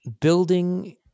building